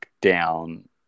down